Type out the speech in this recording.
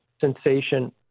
sensation